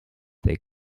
they